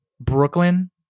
Brooklyn